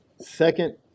Second